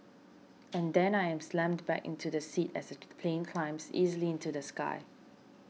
and then I am slammed back into the seat as the plane climbs easily into the sky